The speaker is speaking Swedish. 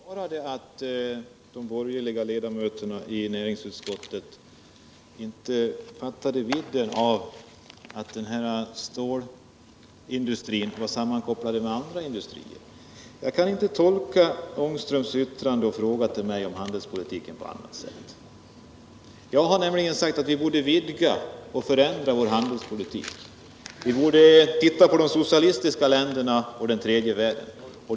Herr talman! Jag tror att de borgerliga ledamöterna i näringsutskottet inte fattade vidden av hur stålindustrin var sammankopplad med andra industrier. Jag kan inte tolka herr Ångströms uttalande och fråga till mig om handelspolitiken på annat sätt. Jag har sagt att vi borde vidga och förändra vår handelspolitik. Vi borde titta på de socialistiska länderna och den tredje världen.